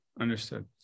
Understood